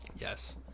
yes